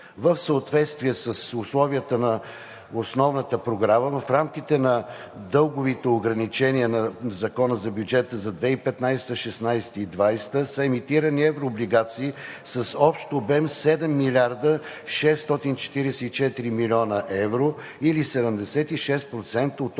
В съответствие с условията на основната програма в рамките на дълговите ограничения на Закона за бюджета за 2015 г., 2016 г. и 2020 г. са емитирани еврооблигации с общ обем 7 млрд. 644 млн. Евро, или 76% от общия